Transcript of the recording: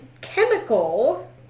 chemical